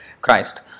Christ